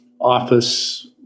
office